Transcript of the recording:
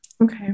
Okay